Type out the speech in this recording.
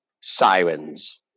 Sirens